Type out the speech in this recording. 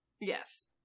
Yes